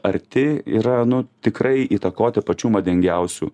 arti yra nu tikrai įtakoti pačių madingiausių